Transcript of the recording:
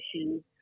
issues